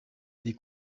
des